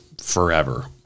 forever